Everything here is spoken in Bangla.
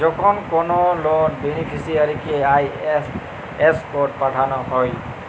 যখল কল লল বেলিফিসিয়ারিকে আই.এফ.এস কড পাঠাল হ্যয়